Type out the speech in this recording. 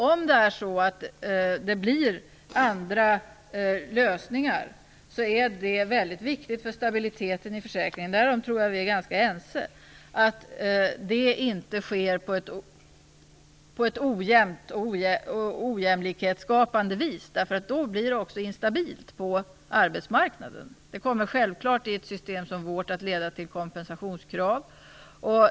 Om man väljer andra lösningar är det väldigt viktigt för stabiliteten i försäkringen att dessa inte slår ojämnt och skapar ojämlikhet - därom tror jag vi är ganska ense. Annars blir ju också arbetsmarknaden instabil. I ett system som vårt kommer detta självfallet att leda till kompensationskrav.